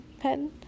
pen